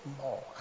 more